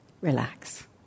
Relax